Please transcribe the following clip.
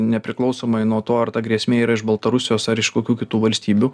nepriklausomai nuo to ar ta grėsmė yra iš baltarusijos ar iš kokių kitų valstybių